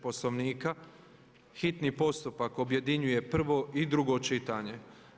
Poslovnika hitni postupak objedinjuje prvo i drugo čitanje.